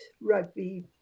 rugby